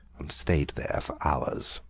and stayed there for hours.